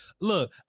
Look